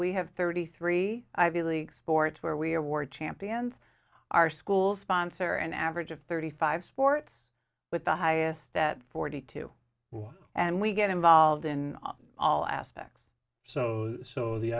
we have thirty three ivy league sports where we are ward champions our schools sponsor an average of thirty five sports with the highest that forty to one and we get involved in all aspects so so the